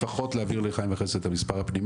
לפחות להעביר לחיים וחסד את המספר,